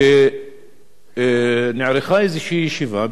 נערכה איזו ישיבה בתחילת השנה, בתחילת